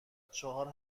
چهار